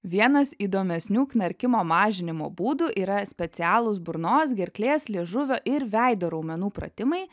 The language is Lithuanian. vienas įdomesnių knarkimo mažinimo būdų yra specialūs burnos gerklės liežuvio ir veido raumenų pratimai